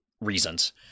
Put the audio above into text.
reasons